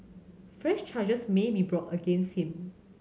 fresh charges may be brought against him